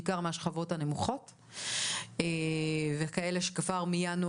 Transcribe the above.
בעיקר מן השכבות הנמוכות וכאלה שכבר מינואר,